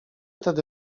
tedy